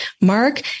mark